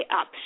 up